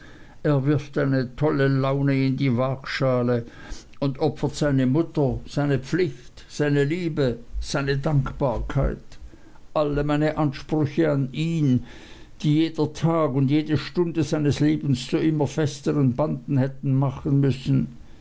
er wirft eine tolle laune in die wagschale und opfert seine mutter seine pflicht seine liebe seine dankbarkeit alle meine ansprüche an ihn die jeder tag und jede stunde seines lebens zu immer festeren banden hätte machen müssen